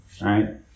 Right